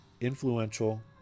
influential